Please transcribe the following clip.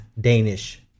danish